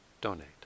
donate